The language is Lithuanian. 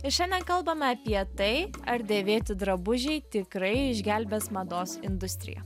ir šiandien kalbame apie tai ar dėvėti drabužiai tikrai išgelbės mados industriją